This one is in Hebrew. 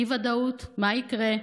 אי-ודאות, מה יקרה?